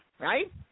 right